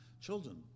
children